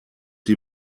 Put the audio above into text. die